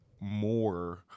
more